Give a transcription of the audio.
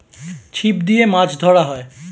ছিপ দিয়ে মাছ ধরা হয়